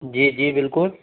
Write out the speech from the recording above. जी जी बिल्कुल